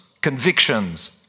convictions